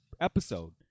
episode